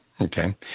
Okay